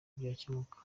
byakemuka